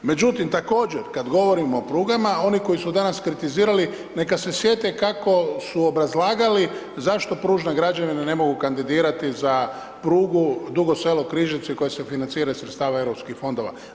Međutim, također, kada govorimo oprugama, oni koji su danas kritizirali, neka se sjete, kako su obrazlagali, zašto pružne građevine ne mogu kandidirati za prugu Dugo Selo Križevci, koji se financiraju iz sredstava europskih fondova.